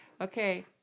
okay